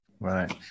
Right